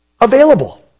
available